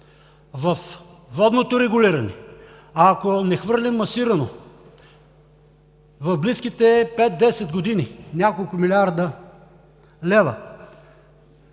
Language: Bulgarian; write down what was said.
Във водното регулиране, ако не хвърлим масирано в близките пет-десет години няколко милиарда лева